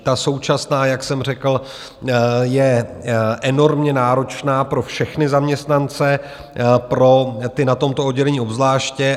Ta současná, jak jsem řekl, je enormně náročná pro všechny zaměstnance, pro ty na tomto oddělení obzvláště.